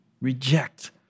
reject